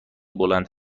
بلند